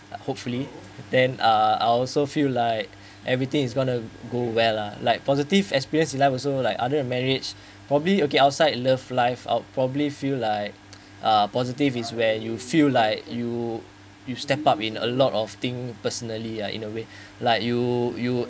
uh hopefully then uh I also feel like everything is gonna go well lah like positive experience in life also like other marriage probably okay outside love life out probably feel like uh positive is where you feel like you you step up in a lot of thing personally uh in a way like you you